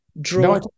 draw